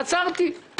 עצרתי.